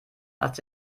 als